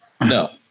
no